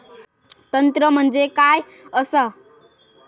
तंत्र म्हणजे काय असा?